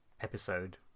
episode